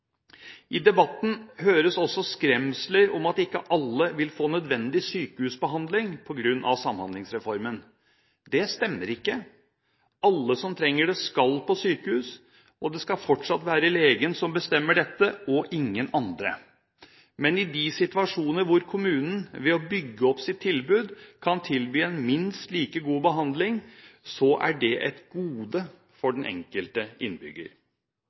I debatten høres også skremsler om at ikke alle vil få nødvendig sykehusbehandling på grunn av Samhandlingsreformen. Det stemmer ikke. Alle som trenger det, skal på sykehus, og det skal fortsatt være legen som bestemmer dette, og ingen andre. Men i de situasjoner hvor kommunen ved å bygge opp sitt tilbud kan tilby en minst like god behandling, er det et gode for den enkelte innbygger.